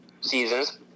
seasons